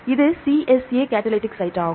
இது CSA catalytic site ஆகும்